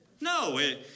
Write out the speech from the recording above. No